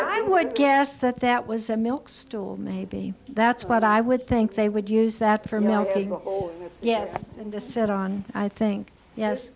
i would guess that that was a milk store maybe that's what i would think they would use that for me ok yes in the set on i think yes